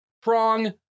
prong